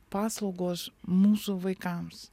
paslaugos mūsų vaikams